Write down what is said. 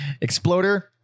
Exploder